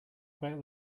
about